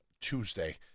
Tuesday